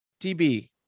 TB